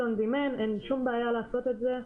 אין שום בעיה לעשות את זה.